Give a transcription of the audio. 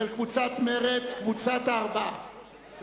של קבוצת מרצ וקבוצת הארבעה.